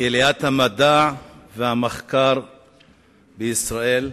קהילת המדע והמחקר בישראל,